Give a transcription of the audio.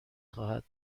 خواهد